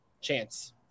chance